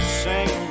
sing